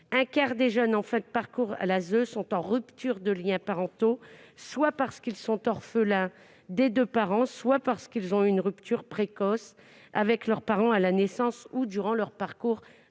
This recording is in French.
Un quart des jeunes en fin de parcours à l'ASE sont en rupture de liens parentaux, soit parce qu'ils sont orphelins des deux parents, soit parce qu'ils ont subi une rupture précoce de leurs liens avec leurs parents, à la naissance ou durant leur parcours de